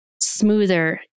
smoother